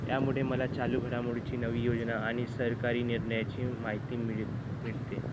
यामुळे मला चालू घडामोडीची नवी योजना आणि सरकारी निर्णयाची माहिती मिळते मिळते